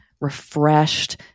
refreshed